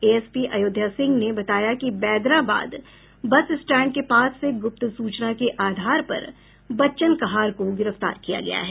ASP Ayodhya Singh ने बताया कि बैदराबाद बस स्टैंड के पास से गुप्त सूचना के आधार पर बच्चन कहार को गिरफ्तार किया गया है